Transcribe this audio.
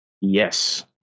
Yes